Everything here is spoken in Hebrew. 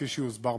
כפי שיוסבר בהמשך.